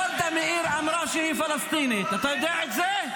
גולדה מאיר אמרה שהיא פלסטינית, אתה יודע את זה?